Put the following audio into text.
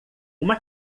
uma